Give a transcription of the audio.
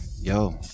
Yo